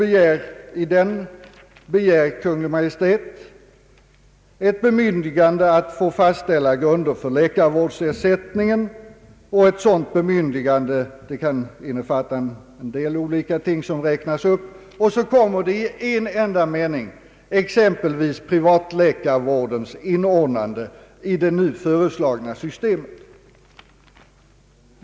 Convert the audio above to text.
I den begär Kungl. Maj:t ett bemyndigande att fastställa grunder för läkarvårdsersättningen. Ett sådant bemyndigande kan innefatta en del olika ting som räknas upp, och i en enda mening nämns som exempel den privata läkarvårdens inordnande i det nu föreslagna systemet.